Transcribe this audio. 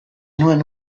nuen